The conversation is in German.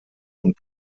und